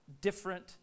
different